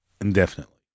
indefinitely